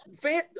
fan